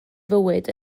fywyd